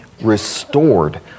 restored